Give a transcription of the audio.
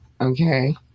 Okay